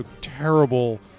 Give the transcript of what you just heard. terrible